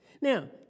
Now